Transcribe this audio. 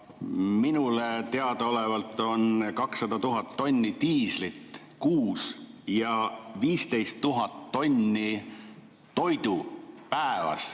Minule teadaolevalt on [vaja] 200 000 tonni diislit kuus ja 15 000 tonni toitu päevas.